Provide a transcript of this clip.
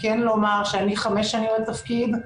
אני חמש שנים בתפקיד,